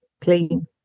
clean